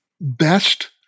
best